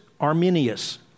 Arminius